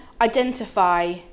identify